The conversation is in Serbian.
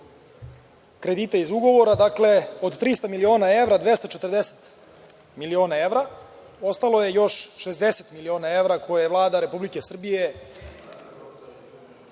kredita iz ugovora. Dakle, od 300 miliona evra – 240 miliona evra, ostalo je još 60 miliona evra koje Vlada Republike Srbije